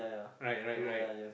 right right right